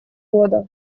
года